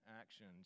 actions